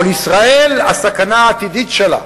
אבל הסכנה העתידית לישראל,